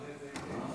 הוא יודע את זה היטב.